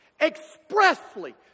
expressly